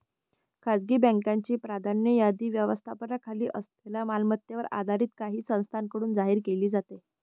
खासगी बँकांची प्राधान्य यादी व्यवस्थापनाखाली असलेल्या मालमत्तेवर आधारित काही संस्थांकडून जाहीर केली जाते